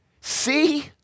See